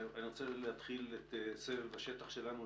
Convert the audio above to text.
אני רוצה להתחיל סבב בשטח שלנו.